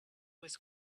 was